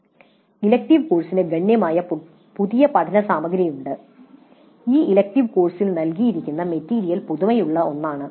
" "elective കോഴ്സിന് ഗണ്യമായി പുതിയ പഠന സാമഗ്രികളുണ്ട്" ഈ ഇലക്ടീവ് കോഴ്സിൽ നൽകിയിരിക്കുന്ന മെറ്റീരിയൽ പുതുമയുള്ള ഒന്നാണ്